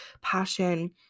passion